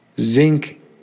zinc